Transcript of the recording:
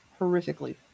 horrifically